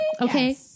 Okay